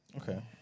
Okay